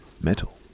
metal